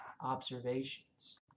observations